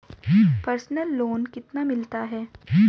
Personal loan कितना मिलता है?